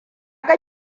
ga